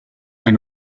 ein